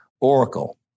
Oracle